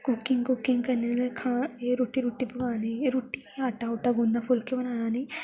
cooking cooking करने लै खां एह् रुट्टी रुट्टी पकाने गी एह् रुट्टी आटा ऊट्टा गुन्नना फुल्के बनाना नी